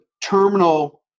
terminal